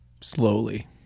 slowly